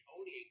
owning